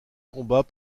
combats